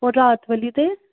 ਉਹ ਰਾਤ ਵਾਲੀ ਦੇ